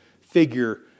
figure